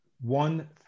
One